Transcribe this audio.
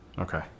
Okay